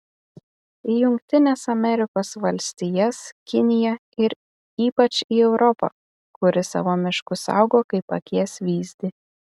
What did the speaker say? į jungtines amerikos valstijas kiniją ir ypač į europą kuri savo miškus saugo kaip akies vyzdį